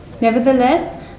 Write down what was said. Nevertheless